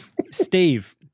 Steve